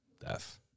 death